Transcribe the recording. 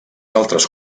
altres